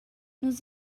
nus